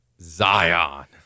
Zion